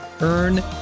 Earn